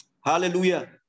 Hallelujah